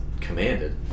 commanded